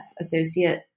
associate